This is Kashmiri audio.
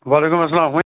وعلیکُم اسلام وۅ